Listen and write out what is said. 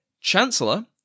Chancellor